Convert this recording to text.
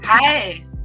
Hi